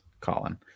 Colin